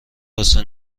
واسه